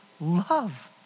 love